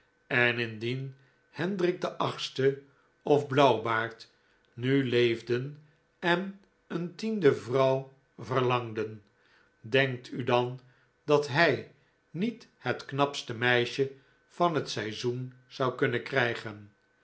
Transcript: en indien hendrik de achtste of blauwbaard nu leefden en een tiende vrouw verlangden denkt u dan dat hij niet het knapste meisje van het seizoen zou kunnen krijgen